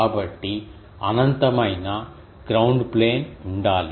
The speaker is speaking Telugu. కాబట్టి అనంతమైన గ్రౌండ్ ప్లేన్ ఉండాలి